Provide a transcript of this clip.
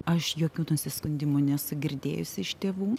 aš jokių nusiskundimų nesu girdėjusi iš tėvų